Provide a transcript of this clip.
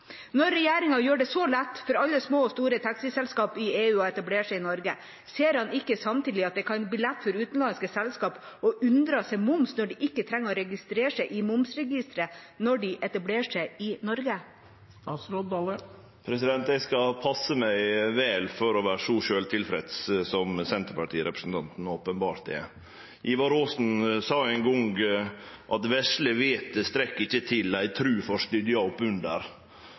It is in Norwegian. Når regjeringa gjør det så lett for alle små og store taxiselskap i EU å etablere seg i Norge, ser han ikke samtidig at det kan bli lett for utenlandske selskap å unndra seg moms når de ikke trenger å registrere seg i momsregisteret når de etablerer seg i Norge? Eg skal passe meg vel for å vere så sjølvtilfreds som senterpartirepresentanten openbert er. Ivar Aasen sa ein gong: «Vesle vitet strekk ikkje til, ei